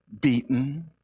beaten